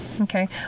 okay